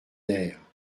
nerfs